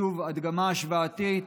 שוב הדגמה השוואתית,